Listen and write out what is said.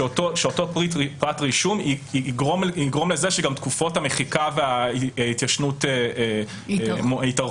שאותו פרט רישום יגרום לזה שתקופות המחיקה וההתיישנות יתארכו?